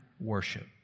worship